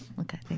Okay